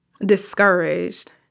Discouraged